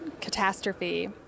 catastrophe